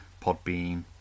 Podbean